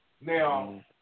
Now